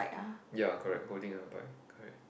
ya correct holding a bike correct